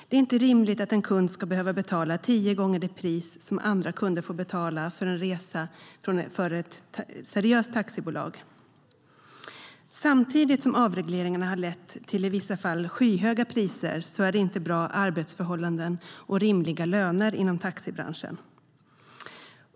Det är inte rimligt att en kund ska behöva betala tio gånger det pris som andra kunder får betala för en resa med ett seriöst taxibolag. Samtidigt som avregleringen har lett till i vissa fall skyhöga priser är det inte bra arbetsförhållanden och rimliga löner inom taxibranschen.